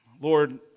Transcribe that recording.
Lord